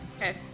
Okay